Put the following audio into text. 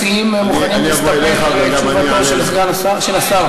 האם המציעים מוכנים להסתפק בתשובתו של השר?